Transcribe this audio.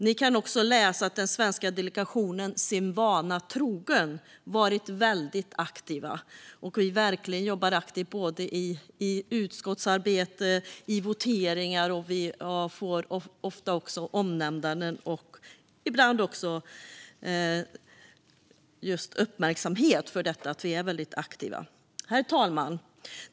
Ni kan också läsa att den svenska delegationen sin vana trogen varit väldigt aktiv. Vi jobbar verkligen aktivt i såväl utskottsarbetet som vid voteringar, och vi får ofta omnämnanden och ibland också uppmärksamhet just för att vi är så aktiva. Herr talman!